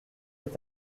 est